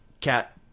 cat